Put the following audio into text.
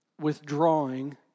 withdrawing